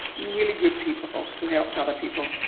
really good people, who helped other people,